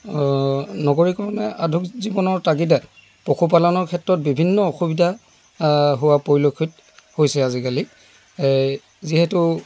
নগৰীকৰণে আধুনিক জীৱনৰ তাগিদাত পশুপালনৰ ক্ষেত্ৰত বিভিন্ন অসুবিধা হোৱা পৰিলক্ষিত হৈছে আজিকালি যিহেতু